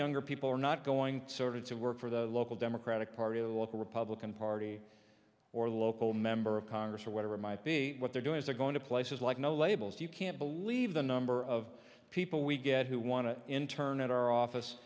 younger people are not going to sort of to work for the local democratic party a local republican party or local member of congress or whatever it might be what they're doing is they're going to places like no labels you can't believe the number of people we get who want to in turn at our office